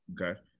Okay